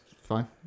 fine